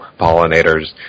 pollinators